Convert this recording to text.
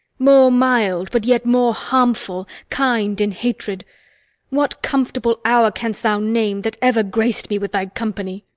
more mild, but yet more harmful, kind in hatred what comfortable hour canst thou name that ever grac'd me with thy company?